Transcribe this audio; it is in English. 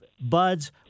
buds